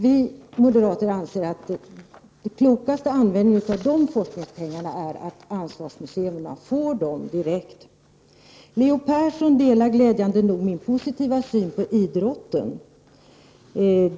Vi moderater anser att den klokaste användningen av forskningspengarna uppnås om ansvarsmuseerna får dem direkt. Leo Persson delar glädjande nog min positiva syn på idrotten.